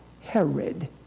Herod